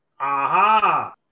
Aha